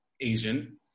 Asian